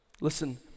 Listen